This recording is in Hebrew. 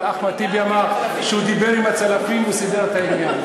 אבל אחמד טיבי אמר שהוא דיבר עם הצלפים והוא סידר את העניין.